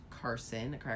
carson